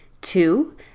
Two